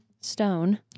stone